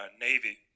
Navy